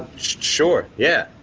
sure, yeah,